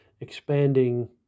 expanding